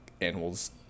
animals